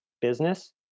business